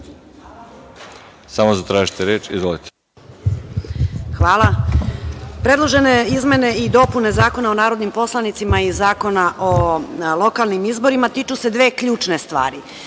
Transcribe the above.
**Nataša Mihailović Vacić** Hvala. Predložene izmene i dopune Zakona o narodnim poslanicima i Zakona o lokalnim izborima tiču se dve ključne stvari.